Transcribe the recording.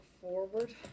forward